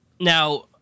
Now